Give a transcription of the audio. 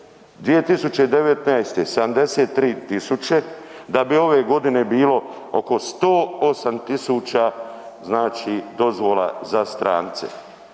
2019. 73 tisuće, da bi ove godine bilo oko 108 tisuća znači dozvola za strance.